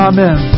Amen